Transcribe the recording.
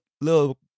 little